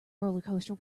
rollercoaster